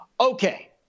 Okay